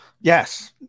Yes